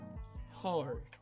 hard